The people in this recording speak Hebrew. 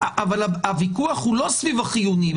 אבל הוויכוח הוא לא סביב החיוני,